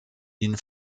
ihn